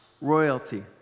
royalty